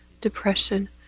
depression